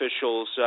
officials